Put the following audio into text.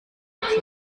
nicht